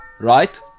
right